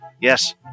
yes